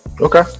Okay